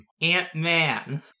ant-man